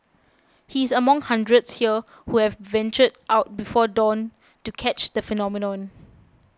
he is among hundreds here who have ventured out before dawn to catch the phenomenon